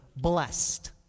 blessed